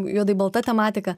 juodai balta tematika